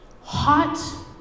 Hot